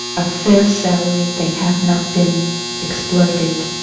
a fair salary, they have not been exploited,